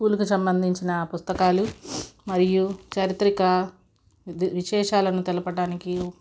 స్కూల్కి సంబంధించిన పుస్తకాలు మరియు చరిత్రిక విశేషాలను తెలపటానికి